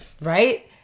right